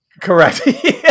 Correct